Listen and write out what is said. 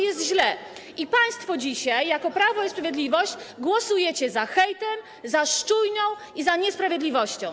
I państwo dzisiaj jako Prawo i Sprawiedliwość głosujecie za hejtem, za szczujnią i za niesprawiedliwością.